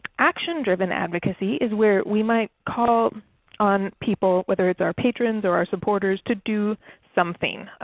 action driven advocacy is where we might call on people, whether it's our patrons or our supporters to do something,